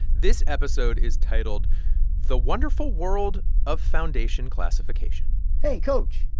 this episode is titled the wonderful world of foundation classification hey, coach.